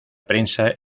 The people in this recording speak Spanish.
prensa